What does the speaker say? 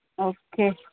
okay